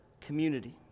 community